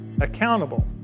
accountable